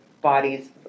bodies